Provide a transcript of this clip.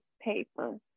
paper